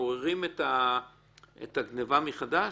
מעוררים את הגניבה מחדש?